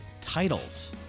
titles